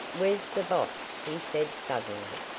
where's the boss? he said, suddenly.